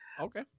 Okay